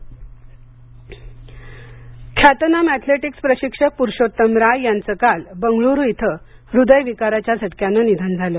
निधन ख्यातनाम ऍथलेटिक्स प्रशिक्षक पुरुषोत्तम राय यांचं काल बंगळुरू इथं हृदयविकाराच्या झटक्यानं निधन झालं